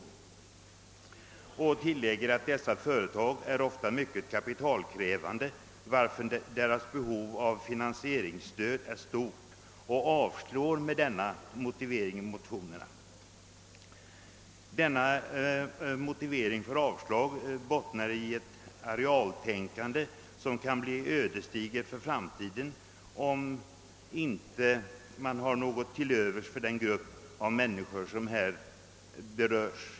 Utskottet tillägger: »Dessa företag är ofta mycket kapitalkrävande, varför deras behov av finansieringsstöd är stort.» Utskottet avstyrker med denna motivering motionerna. Denna motivering för avslag bottnar i ett arealtänkande som kan bli ödesdigert för framtiden, om man inte har något till övers för den grupp av människor som här berörs.